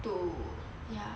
to ya